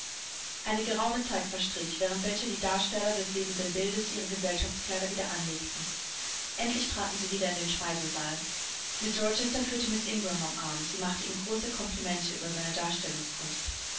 eine geraume zeit verstrich während welcher die darsteller des lebenden bildes ihre gesellschaftskleider wieder anlegten endlich traten sie wieder in den speisesaal mr rochester führte miß ingram am arm sie machte ihm große komplimente über seine